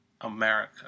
America